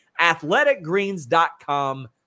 athleticgreens.com